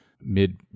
mid